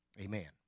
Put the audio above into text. Amen